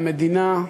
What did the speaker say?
והמדינה,